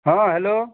ହଁ ହାଲୋ